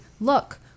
look